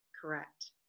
Correct